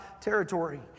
territory